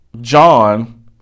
John